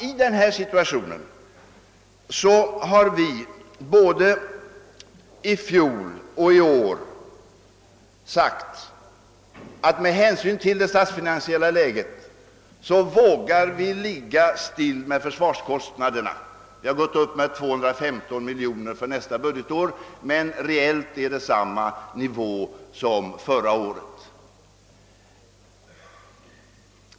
Vi har sagt, herr Bohman, att vi både i fjol och i år med hänsyn till det statsfinansiella läget vågat ligga still när det gäller försvarskostnaderna. De har gått upp med 215 miljoner kronor för nästa budgetår, men reellt är nivån densamma som detta budgetår.